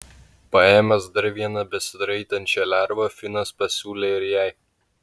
paėmęs dar vieną besiraitančią lervą finas pasiūlė ir jai